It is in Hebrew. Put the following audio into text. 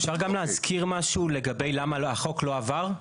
אפשר גם להזכיר משהו לגבי למה החוק לא עבר?